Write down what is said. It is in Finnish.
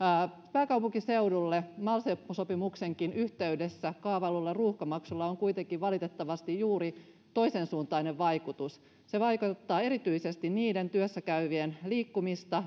pääkaupunkiseudulle mal sopimuksenkin yhteydessä kaavaillulla ruuhkamaksulla on kuitenkin valitettavasti juuri toisensuuntainen vaikutus se vaikeuttaa erityisesti niiden työssäkäyvien liikkumista